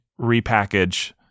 repackage